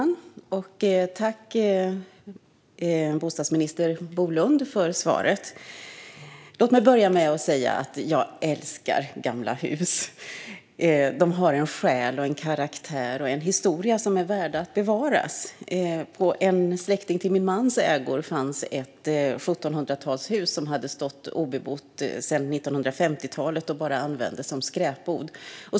Fru talman! Tack, bostadsminister Bolund, för svaret! Låt mig börja med att säga att jag älskar gamla hus! De har en själ, en karaktär och en historia som det är värt att bevara. På en släkting till min mans ägor fanns ett 1700-talshus som hade stått obebott sedan 1950-talet och som bara användes som skräpbod.